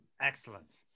Excellent